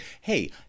hey